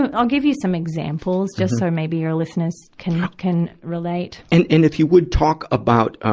i'll give you some examples just so maybe your listeners can, can relate. and, and, if you would talk about, ah,